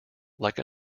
like